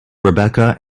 rebecca